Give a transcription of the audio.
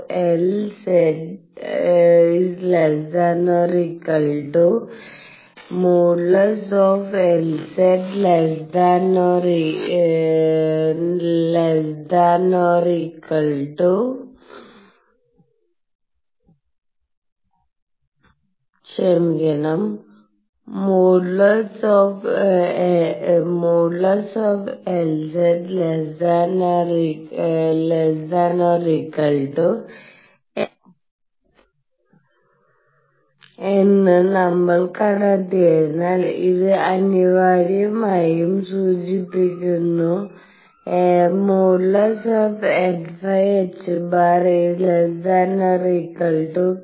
|Lz|≤L എന്ന് നമ്മൾ കണ്ടെത്തിയതിനാൽ ഇത് അനിവാര്യമായും സൂചിപ്പിക്കുന്നു |nϕ|ℏ ≤kℏ